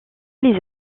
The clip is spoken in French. les